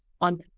on